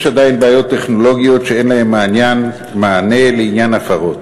יש עדיין בעיות טכנולוגיות שאין להן מענה לעניין הפרות.